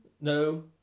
No